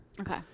Okay